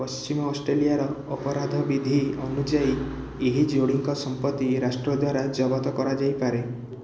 ପଶ୍ଚିମ ଅଷ୍ଟ୍ରେଲିଆର ଅପରାଧ ବିଧି ଅନୁଯାୟୀ ଏହି ଯୋଡ଼ିଙ୍କ ସମ୍ପତ୍ତି ରାଷ୍ଟ୍ର ଦ୍ୱାରା ଜବତ କରାଯାଇପାରେ